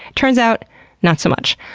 turns out not so much.